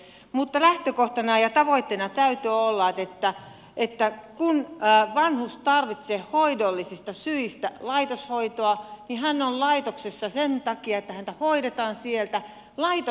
mutta lähtökohtana ja tavoitteena täytyy olla että kun vanhus tarvitsee hoidollisista syistä laitoshoitoa niin hän on laitoksessa sen takia että häntä hoidetaan siellä